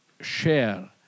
share